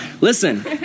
Listen